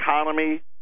economy